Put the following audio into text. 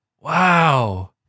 Wow